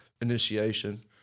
initiation